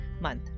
month